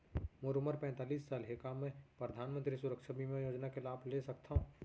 मोर उमर पैंतालीस साल हे का मैं परधानमंतरी सुरक्षा बीमा योजना के लाभ ले सकथव?